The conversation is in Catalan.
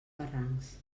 barrancs